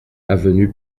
avenue